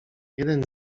jeden